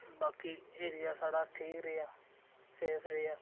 बाकी एरिया साढ़ा ठीक रेहा सेफ रेहा